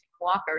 Walker